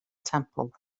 temple